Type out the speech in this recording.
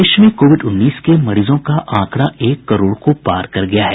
देश में कोविड उन्नीस के मरीजों का आंकड़ा एक करोड़ को पार कर गया है